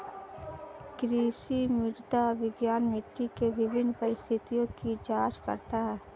कृषि मृदा विज्ञान मिट्टी के विभिन्न परिस्थितियों की जांच करता है